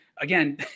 again